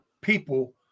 people